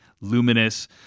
luminous